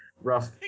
rough